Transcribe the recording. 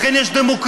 לכן יש דמוקרטיה,